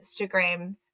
Instagram